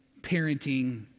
parenting